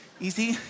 Easy